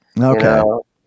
Okay